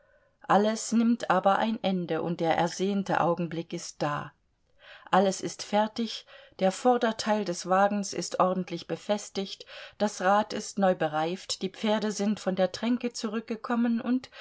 alles nimmt aber ein ende und der ersehnte augenblick ist da alles ist fertig der vorderteil des wagens ist ordentlich befestigt das rad ist neu bereift die pferde sind von der tränke zurückgekommen und